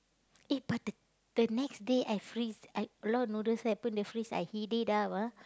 eh but the the next day I freeze I a lot noodle I put in the fridge I heat it up ah